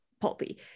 pulpy